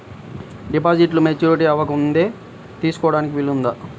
డిపాజిట్ను మెచ్యూరిటీ అవ్వకముందే తీసుకోటానికి వీలుందా?